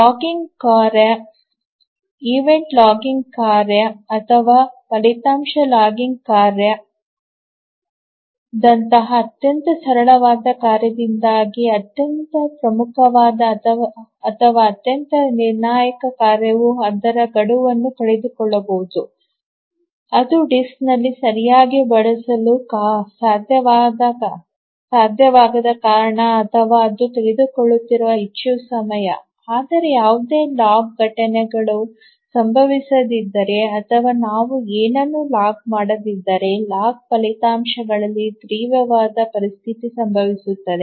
logging ಕಾರ್ಯ event logging ಕಾರ್ಯ ಅಥವಾ ಫಲಿತಾಂಶ ಲಾಗಿಂಗ್ ಕಾರ್ಯದಂತಹ ಅತ್ಯಂತ ಸರಳವಾದ ಕಾರ್ಯದಿಂದಾಗಿ ಅತ್ಯಂತ ಪ್ರಮುಖವಾದ ಅಥವಾ ಅತ್ಯಂತ ನಿರ್ಣಾಯಕ ಕಾರ್ಯವು ಅದರ ಗಡುವನ್ನು ಕಳೆದುಕೊಳ್ಳಬಹುದು ಅದು ಡಿಸ್ಕ್ನಲ್ಲಿ ಸರಿಯಾಗಿ ಬರೆಯಲು ಸಾಧ್ಯವಾಗದ ಕಾರಣ ಅಥವಾ ಅದು ತೆಗೆದುಕೊಳ್ಳುತ್ತಿರಬಹುದು ಹೆಚ್ಚು ಸಮಯ ಆದರೆ ಯಾವುದೇ ಲಾಗ್ ಘಟನೆಗಳು ಸಂಭವಿಸದಿದ್ದರೆ ಅಥವಾ ನಾವು ಏನನ್ನೂ ಲಾಗ್ ಮಾಡದಿದ್ದರೆ ಲಾಗ್ ಫಲಿತಾಂಶಗಳಲ್ಲಿ ತೀವ್ರವಾದ ಪರಿಸ್ಥಿತಿ ಸಂಭವಿಸುತ್ತದೆ